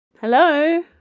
Hello